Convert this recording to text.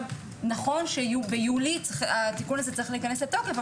נכון שביולי התיקון הזה צריך להיכנס לתוקף,